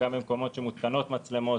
גם במקומות שמותקנות מצלמות